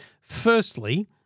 firstly